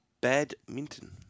Badminton